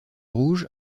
rouge